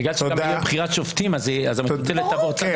בגלל --- לבחירת שופטים אז המטוטלת תעבור לצד